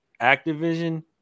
Activision